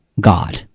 God